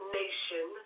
nation